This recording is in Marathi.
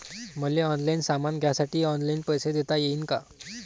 मले ऑनलाईन सामान घ्यासाठी ऑनलाईन पैसे देता येईन का?